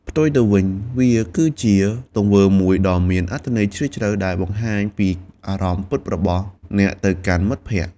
ផ្ទុយទៅវិញ វាគឺជាទង្វើមួយដ៏មានអត្ថន័យជ្រាលជ្រៅ ដែលបង្ហាញពីអារម្មណ៍ពិតរបស់អ្នកទៅកាន់មិត្តភក្តិ។